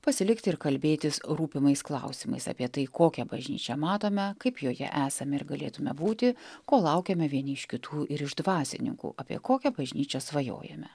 pasilikti ir kalbėtis rūpimais klausimais apie tai kokią bažnyčią matome kaip joje esame ir galėtume būti ko laukiame vieni iš kitų ir iš dvasininkų apie kokią bažnyčią svajojame